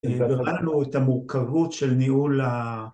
אז היה לנו את המורכבות של ניהול ה...